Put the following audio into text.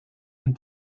and